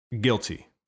Guilty